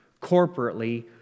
corporately